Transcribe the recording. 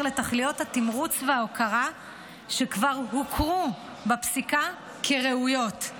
לתכליות התמרוץ וההוקרה שכבר הוכרו בפסיקה כראויות,